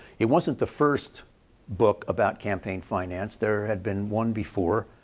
it wasn't the first book about campaign finance. there had been one before.